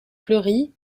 fleury